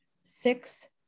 six